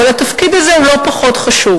אבל התפקיד הזה הוא לא פחות חשוב,